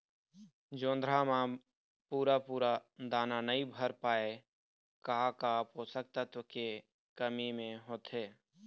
जोंधरा म पूरा पूरा दाना नई भर पाए का का पोषक तत्व के कमी मे होथे?